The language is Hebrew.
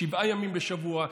שבעה ימים בשבוע,